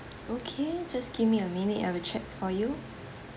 okay just give me a minute I wil check for you